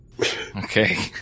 Okay